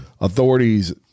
Authorities